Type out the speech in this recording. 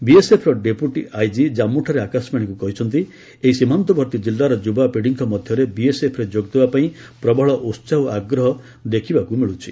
ବିଏସ୍ଏଫ୍ର deputy IG ଜାଞ୍ଗୁଠାରେ ଆକାଶବାଣୀକୁ କହିଚ୍ଚନ୍ତି ଏହି ସୀମାନ୍ତବର୍ତ୍ତୀ ଜିଲ୍ଲାର ଯୁବାପିଢ଼ୀଙ୍କ ମଧ୍ୟରେ ବିଏସ୍ଏଫ୍ରେ ଯୋଗଦେବାପାଇଁ ପ୍ରବଳ ଉତ୍ସାହ ଓ ଆଗ୍ରହ ଦେଖିବାକୁ ମିଳୁଛି